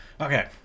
Okay